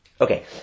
Okay